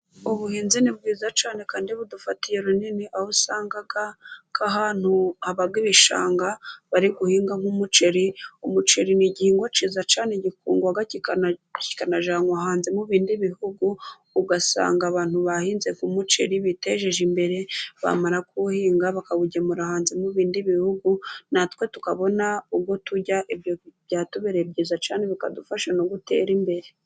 Ubuhinzi ni bwiza cyane, kandi budufatiye runini, aho usangag ahantu haba ibishanga bari guhingamo nk'umuceri, umuceri ni igihingwa cyiza cyane gikundwa kikanajyanwa hanze mu bindi bihugu, ugasanga abantu bahinze umuceri biteje imbere, bamara kuwuhinga bakawugemura hanze mu bindi bihugu, natwe tukabona uwo turya, byatubereye byiza cyane, bikadufasha no gutera imbere.